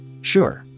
Sure